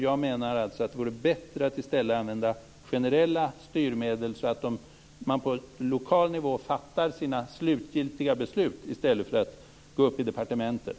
Jag menar att det vore bättre att i stället använda generella styrmedel, så att de slutgiltiga besluten fattas på lokal nivå i stället för i departementet.